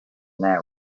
that